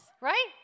right